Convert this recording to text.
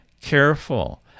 careful